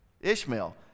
Ishmael